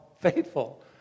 faithful